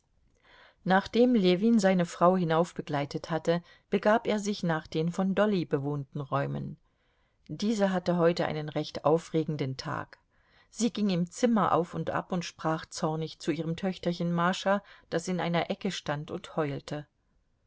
nachdem ljewin seine frau hinaufbegleitet hatte begab er sich nach den von dolly bewohnten räumen diese hatte heute einen recht aufregenden tag sie ging im zimmer auf und ab und sprach zornig zu ihrem töchterchen mascha das in einer ecke stand und heulte